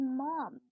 mom